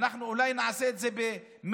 אנחנו אולי נעשה את זה בפברואר,